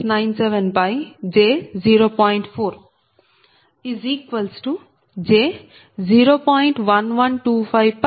అదే విధంగా If13j0